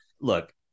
Look